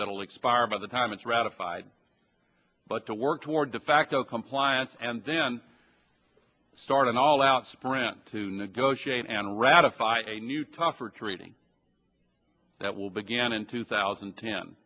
will expire by the time it's ratified but to work toward defacto compliance and then start an all out sprint to negotiate and ratify a new tougher trading that will began in two thousand and ten